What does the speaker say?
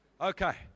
Okay